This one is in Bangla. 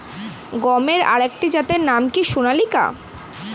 গমের আরেকটি জাতের নাম কি সোনালিকা?